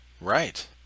Right